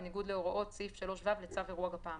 בניגוד להוראות סעיף 3(ו) לצו אירוע גפ"מ,